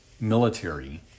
military